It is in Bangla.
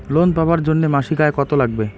লোন পাবার জন্যে মাসিক আয় কতো লাগবে?